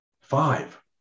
five